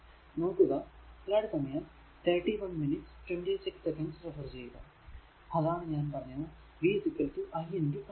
നോക്കുക അതാണ് ഞാൻ പറഞ്ഞത് v i Req